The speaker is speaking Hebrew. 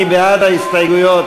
מי בעד ההסתייגויות?